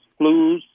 flus